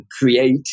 create